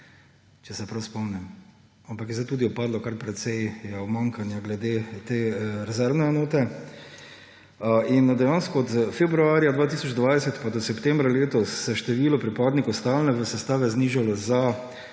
če se prav spomnim. Ampak je zdaj tudi upadlo, kar precej je umanjkanja glede te rezervne enote. Dejansko od februarja 2020 do septembra letos se je število pripadnikov stalne sestave znižalo za